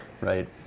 Right